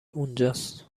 اونجاست